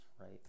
right